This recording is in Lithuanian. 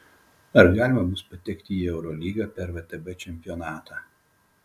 ar galima bus patekti į eurolygą per vtb čempionatą